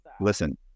listen